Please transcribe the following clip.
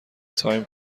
تایم